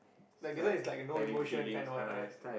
like this one is like no emotion kind one right